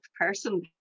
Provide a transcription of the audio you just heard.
person